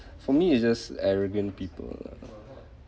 for me it's just arrogant people